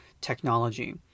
technology